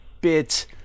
bit